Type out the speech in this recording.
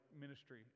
ministry